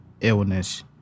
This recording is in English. illness